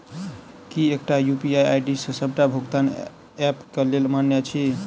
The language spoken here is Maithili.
की एकटा यु.पी.आई आई.डी डी सबटा भुगतान ऐप केँ लेल मान्य अछि?